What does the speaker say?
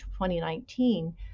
2019